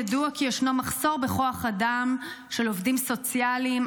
ידוע כי ישנו מחסור בכוח אדם של עובדים סוציאליים,